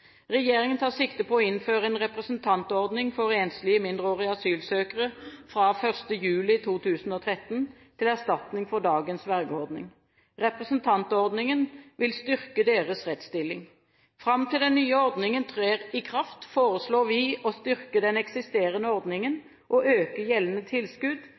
Regjeringen tar sikte på å innføre en representantordning for enslige mindreårige asylsøkere fra 1. juli 2013, til erstatning for dagens vergeordning. Representantordningen vil styrke deres rettsstilling. Fram til den nye ordningen trer i kraft, foreslår vi å styrke den eksisterende ordningen og øke gjeldende tilskudd